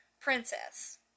princess